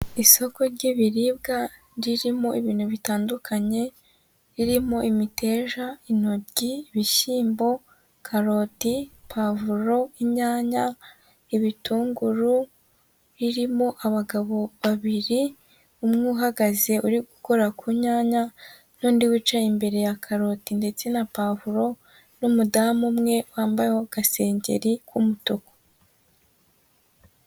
Isoko ry'ibiribwa, ririmo ibintu bitandukanye, birimo imiteja, intoryi, ibishyimbo, karoti, pavuro, inyanya, ibitunguru ririmo abagabo babiri, umwe uhagaze uri gukora ku nyanya n'undi wicaye imbere ya karoti ndetse na pavuro n'umudamu umwe wambaye gasengeri k'umutuku.